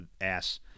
Ass